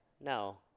no